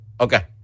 okay